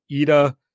Ida